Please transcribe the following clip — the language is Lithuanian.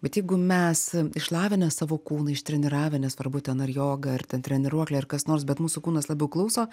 bet jeigu mes išlavinę savo kūną ištreniravę nesvarbu ten ar joga ar ten treniruokliai ar kas nors bet mūsų kūnas labiau klauso